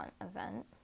event